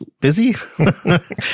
busy